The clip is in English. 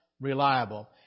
reliable